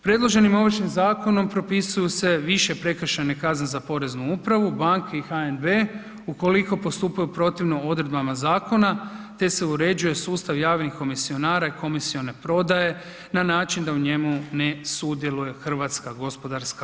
Predloženim Ovršnim zakonom propisuju se više prekršajne kazne za Poreznu upravu, banke i HNB, ukoliko postupaju protivno odredbama zakona, te se uređuje sustav javnih komisionara i komisione prodaje na način da u njemu ne sudjeluje HGK.